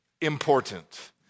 important